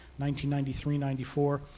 1993-94